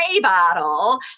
bottle